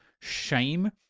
shame